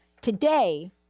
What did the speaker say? Today